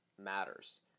matters